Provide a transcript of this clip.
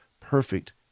perfect